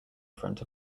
front